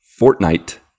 fortnite